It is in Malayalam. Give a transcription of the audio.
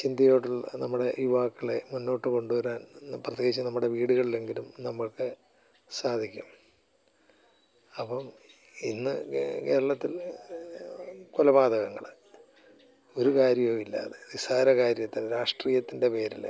ചിന്തയോടുള്ള നമ്മുടെ യുവാക്കളെ മുന്നോട്ട് കൊണ്ടു വരാൻ പ്രത്യേകിച്ച് നമ്മുടെ വീടുകളിലെങ്കിലും നമ്മൾക്ക് സാധിക്കും അപ്പം ഇന്ന് കേരളത്തിൽ കൊലപാതകങ്ങൾ ഒരു കാര്യവുമില്ലാതെ നിസ്സാരകാര്യത്തിന് രാഷ്ട്രീയത്തിൻ്റെ പേരിൽ